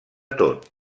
tot